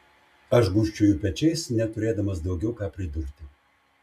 aš gūžčioju pečiais neturėdamas daugiau ką pridurti